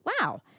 wow